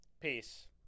Peace